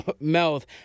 Mouth